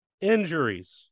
injuries